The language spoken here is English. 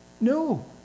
No